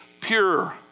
pure